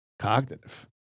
cognitive